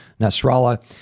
Nasrallah